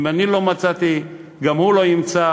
אם אני לא מצאתי גם הוא לא ימצא,